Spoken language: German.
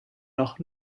noch